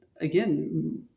again